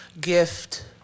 gift